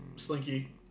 slinky